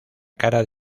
cara